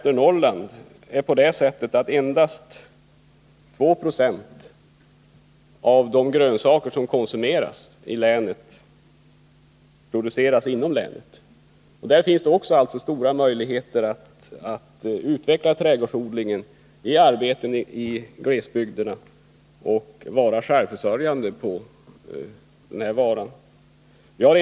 Endast 2 Zo av de grönsaker som konsumeras i Västernorrland produceras inom länet. Här finns det stora möjligheter att utveckla trädgårdsodlingen, ge arbete i glesbygderna och bli självförsörjande på trädgårdsprodukter.